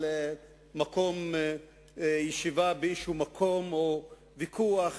על מקום ישיבה באיזה מקום, או ויכוח